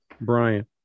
Brian